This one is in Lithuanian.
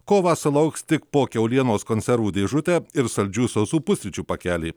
kovą sulauks tik po kiaulienos konservų dėžutę ir saldžių sausų pusryčių pakelį